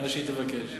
מה שהיא תבקש.